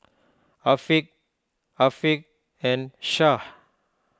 Afiq Afiq and Shah